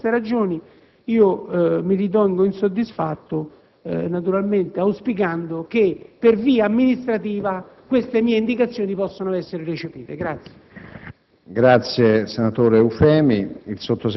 per venire incontro alle loro reali esigenze. Per queste ragioni, mi ritengo insoddisfatto, auspicando che per via amministrativa queste mie indicazioni possano essere recepite.